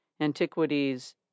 Antiquities